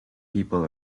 people